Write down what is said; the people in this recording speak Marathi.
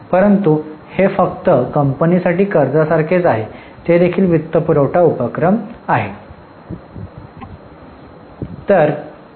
परंतु हे फक्त कंपनी साठी कर्जासारखेच आहे ते देखील वित्तपुरवठा उपक्रम आहे